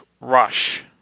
rush